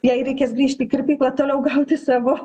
jai reikės grįžt į kirpyklą toliau gauti savo